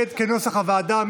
כנוסח הוועדה.